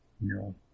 No